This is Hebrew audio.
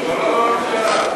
מי נגד?